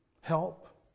help